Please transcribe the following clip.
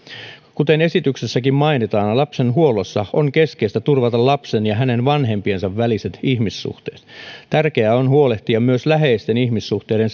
kuten esityksessäkin mainitaan lapsen huollossa on keskeistä turvata lapsen ja hänen vanhempiensa väliset ihmissuhteet tärkeää on huolehtia myös läheisten ihmissuhteiden